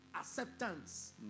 acceptance